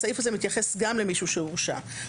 הסעיף הזה מתייחס גם למישהו שהורשע.